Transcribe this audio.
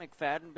McFadden